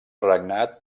regnat